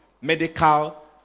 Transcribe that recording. medical